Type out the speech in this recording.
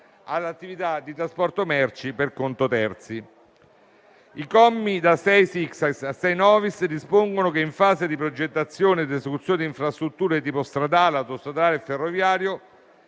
all'attività di trasporto merci per conto terzi. I commi da 6-*sexies* a 6-*novies* dispongono che, in fase di progettazione ed esecuzione di infrastrutture di tipo stradale, autostradale e ferroviario,